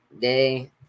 day